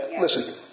listen